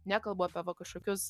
nekalbu apie kažkokius